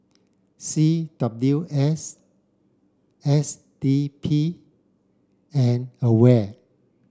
C W S S D P and AWARE